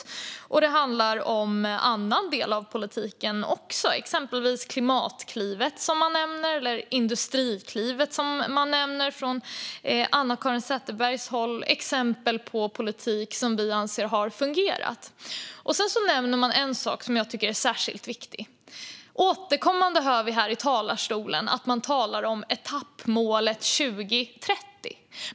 Det har också handlat om en annan del av politiken; exempelvis Klimatklivet eller Industriklivet, som nämns från Anna-Caren Sätherbergs håll, är politik som vi anser har fungerat. Sedan nämner man en sak som jag tycker är särskilt viktig. Återkommande hör vi här i talarstolen att man talar om etappmålet för 2030.